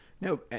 No